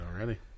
already